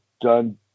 done